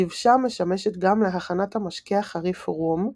הדבשה משמשת גם להכנת המשקה החריף רום,